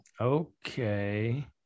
Okay